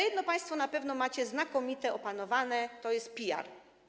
Jedno państwo na pewno macie znakomicie opanowane, to jest PR.